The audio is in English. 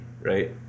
right